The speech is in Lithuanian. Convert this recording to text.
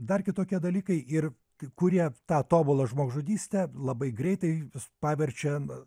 dar kitokie dalykai ir kai kurie tą tobulą žmogžudystę labai greitai paverčia